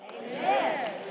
Amen